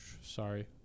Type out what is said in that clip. sorry